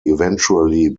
eventually